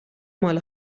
مال